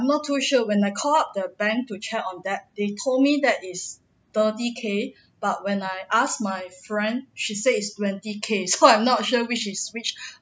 am not to sure when I called up the bank to check on that they told me that is thirty K but when I ask my friend she said it's twenty K so I'm not sure which is which